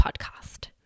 podcast